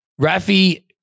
Rafi